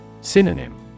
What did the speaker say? Synonym